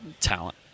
talent